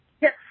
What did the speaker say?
Yes